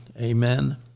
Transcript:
Amen